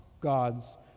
God's